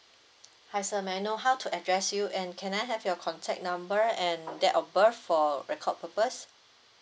hi sir may I know how to address you and can I have your contact number and date of birth for record purpose